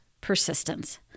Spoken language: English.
persistence